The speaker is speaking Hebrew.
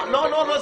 לא.